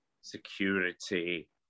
security